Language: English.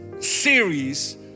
series